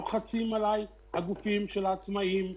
הגופים של העצמאים,